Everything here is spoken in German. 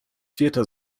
vierter